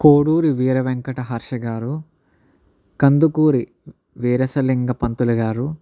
కోడూరి వీరవెంకట హర్షగారు కందుకూరి విరేశలింగ పంతులుగారు